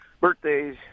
birthdays